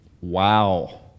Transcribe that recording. Wow